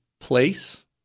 place